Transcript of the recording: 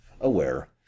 aware